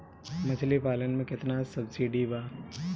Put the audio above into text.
मछली पालन मे केतना सबसिडी बा?